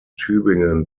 tübingen